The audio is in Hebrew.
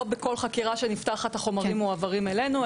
לא בכל חקירה שנפתחת החומרים מועברים אלינו,